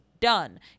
done